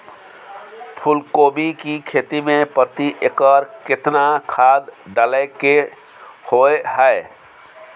फूलकोबी की खेती मे प्रति एकर केतना खाद डालय के होय हय?